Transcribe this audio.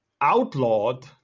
outlawed